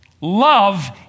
Love